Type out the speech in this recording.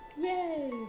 Yay